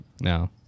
No